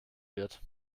wird